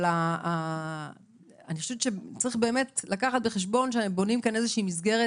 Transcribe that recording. אני חושבת שצריך להביא בחשבון שבונים כאן איזה מסגרת,